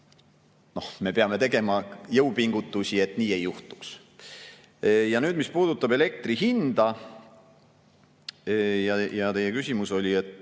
Ehk me peame tegema jõupingutusi, et nii ei juhtuks. Mis puudutab elektri hinda – teie küsimus oli